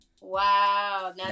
Wow